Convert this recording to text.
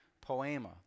poema